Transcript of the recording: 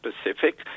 specific